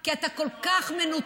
כי אתה כל כך מנותק.